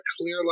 clear